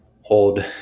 hold